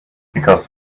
because